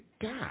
god